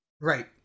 Right